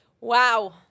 Wow